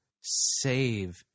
save